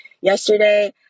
yesterday